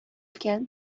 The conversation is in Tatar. икән